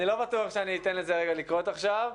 אני לא בטוח שאני אתן לזה לקרות עכשיו.